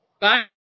Bye